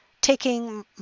taking